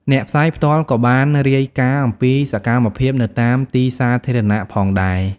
អ្នកផ្សាយផ្ទាល់ក៏បានរាយការណ៍អំពីសកម្មភាពនៅតាមទីសាធារណៈផងដែរ។